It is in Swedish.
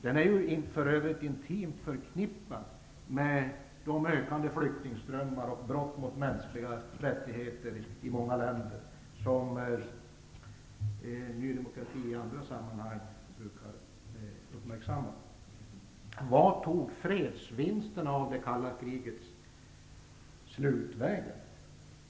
Den är för övrigt intimt förknippad med de ökande flyktingströmmar och de brott mot mänskliga rättigheter i många länder som Ny demokrati i andra sammanhang brukar uppmärksamma. Vart tog fredsvinsterna av det kalla krigets slut vägen?